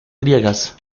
griegas